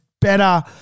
better